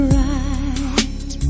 right